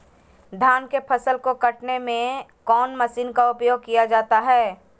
धान के फसल को कटने में कौन माशिन का उपयोग किया जाता है?